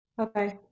Okay